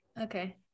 Okay